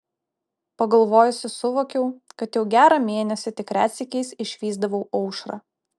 pagalvojusi suvokiau kad jau gerą mėnesį tik retsykiais išvysdavau aušrą